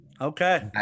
okay